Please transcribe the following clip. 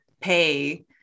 pay